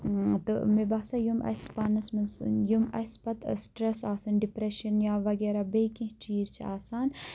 تہٕ مےٚ باسان یِم اسہِ پانَس منٛز یِم اسہِ پَتہٕ سِٹریس آسان ڈِپریشَن یا وَغیٖرہ بیٚیہِ کینٛہہ چیٖز چھِ آسان